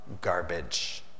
garbage